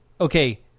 Okay